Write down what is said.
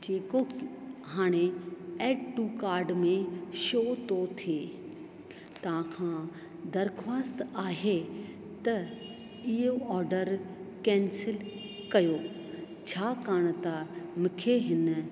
जेको हाणे add to cart में शो थो थिए तव्हां खां दरख़्वास्त आहे त इहो ऑडर कैंसिल कयो छाकाणि त मूंखे हिन